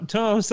Tom